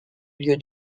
lieu